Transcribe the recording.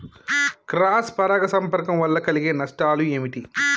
Cross పరాగ సంపర్కం వల్ల కలిగే నష్టాలు ఏమిటి?